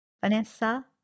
Vanessa